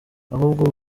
ahubwo